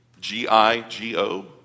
G-I-G-O